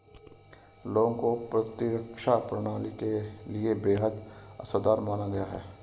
लौंग को प्रतिरक्षा प्रणाली के लिए बेहद असरदार माना गया है